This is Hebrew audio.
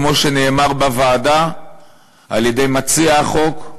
כמו שנאמר בוועדה על-ידי מציע החוק,